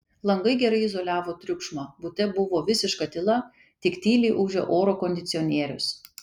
langai gerai izoliavo triukšmą bute buvo visiška tyla tik tyliai ūžė oro kondicionierius